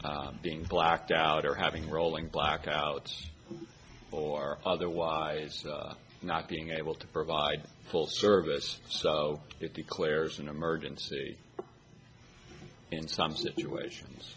f being blacked out or having rolling blackouts or otherwise not being able to provide full service so if declares an emergency in some situations